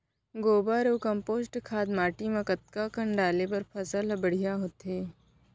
गोबर अऊ कम्पोस्ट खाद माटी म कतका कन डाले बर फसल ह बढ़िया होथे?